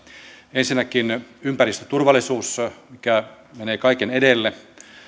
ensinnäkin ympäristöturvallisuus mikä menee kaiken edelle